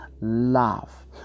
love